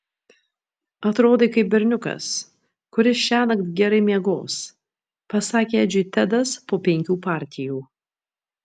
atrodai kaip berniukas kuris šiąnakt gerai miegos pasakė edžiui tedas po penkių partijų